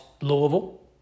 Louisville